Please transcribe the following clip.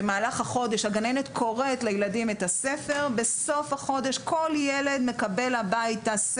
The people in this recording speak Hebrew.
הגננת קוראת לילדים את הספר ובסוף החודש כל ילד מקבל אותו הביתה.